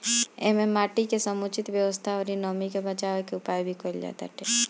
एमे माटी के समुचित व्यवस्था अउरी नमी के बाचावे के उपाय भी कईल जाताटे